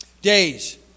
days